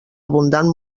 abundant